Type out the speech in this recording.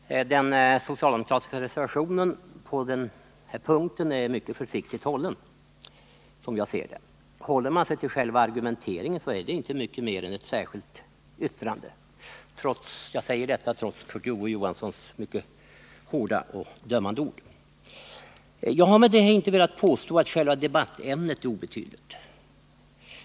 Fru talman! Den socialdemokratiska reservationen på den här punkten är som jag ser det mycket försiktigt hållen. Håller man sig till själva argumenteringen är det inte mycket mer än ett särskilt yttrande. Jag säger detta trots Kurt Ove Johanssons mycket hårda dömande ord. Därmed har jag inte velat påstå att själva debattämnet är obetydligt.